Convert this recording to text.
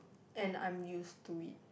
and I 'm used to it